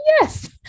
yes